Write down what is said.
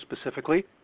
specifically